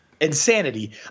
Insanity